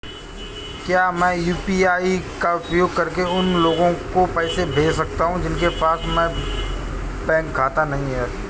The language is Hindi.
क्या मैं यू.पी.आई का उपयोग करके उन लोगों को पैसे भेज सकता हूँ जिनके पास बैंक खाता नहीं है?